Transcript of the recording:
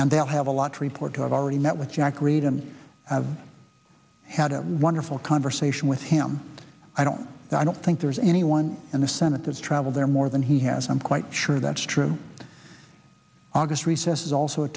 and they'll have a lot report to i've already met with jack reed and i've had a wonderful conversation with him i don't i don't think there's anyone in the senate that's traveled there more than he has i'm quite sure that's true august recess is also a